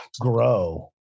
grow